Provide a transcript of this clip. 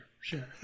sure